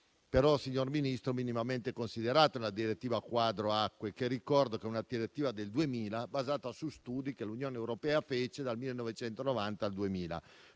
però, signor Ministro, minimamente considerato nella direttiva quadro acque, che ricordo è una direttiva del 2000, basata su studi che l'Unione europea fece dal 1990 al 2000,